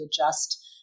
adjust